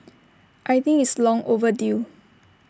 I think it's long overdue